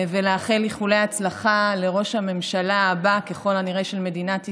ולאחל איחולי הצלחה לראש הממשלה הבא של מדינת ישראל,